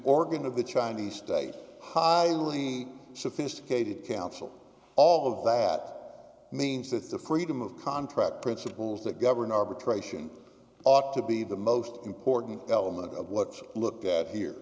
organ of the chinese state highly sophisticated counsel all of that means that the freedom of contract principles that govern arbitration ought to be the most important element of what's looked at here